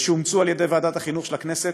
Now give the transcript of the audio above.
ושאומצו על ידי ועדת החינוך של הכנסת,